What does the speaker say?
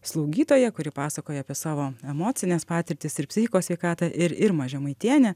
slaugytoja kuri pasakoja apie savo emocines patirtis ir psichikos sveikatą ir irma žemaitienė